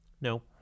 No